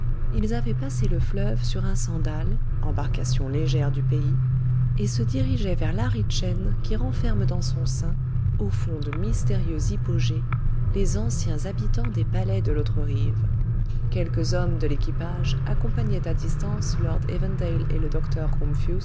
ils avaient passé le fleuve sur un sandal embarcation légère du pays et se dirigeaient vers l'aride chaîne qui renferme dans son sein au fond de mystérieux hypogées les anciens habitants des palais de l'autre rive quelques hommes de l'équipage accompagnaient à distance lord evandale et le docteur